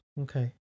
Okay